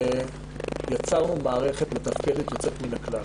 יצרנו מערכת מתפקדת יוצאת מן הכלל,